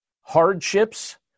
hardships